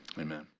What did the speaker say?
amen